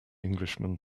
englishman